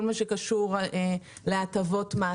כל מה שקשור להטבות מס.